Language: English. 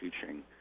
teaching